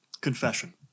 confession